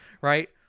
right